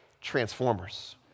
Transformers